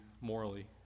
morally